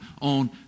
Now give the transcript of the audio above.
on